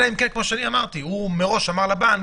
אלא אם כן, כמו שאמרתי, הוא מראש אמר לבנק